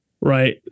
right